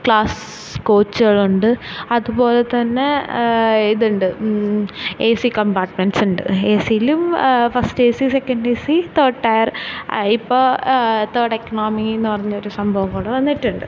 class കോച്ചുകളുണ്ട് അതുപോലെത്തന്നെ ഇതുണ്ട് ഏ സി കമ്പാർട്ട്മെൻസുണ്ട് ഏ സിയിലും first A C second A C തേഡ് ടയർ ഇപ്പോള് തേഡ് എക്കണോമീന്ന് പറഞ്ഞൊരു സംഭവും കൂടെ വന്നിട്ടുണ്ട്